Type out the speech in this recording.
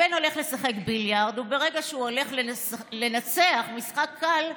הבן הולך לשחק ביליארד וברגע שהוא הולך לנצח משחק קל,